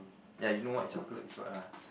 ya you know white chocolate is what ah